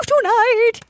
tonight